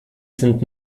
sind